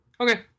Okay